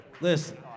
listen